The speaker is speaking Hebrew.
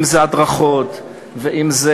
אם זה הדרכות ואם זה,